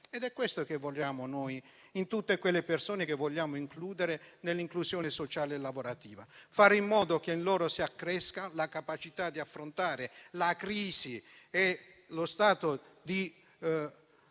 È questo che vogliamo noi in tutte quelle persone che vogliamo includere nell'inclusione sociale e lavorativa: fare in modo che in loro si accresca la capacità di affrontare la crisi e la